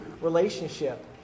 relationship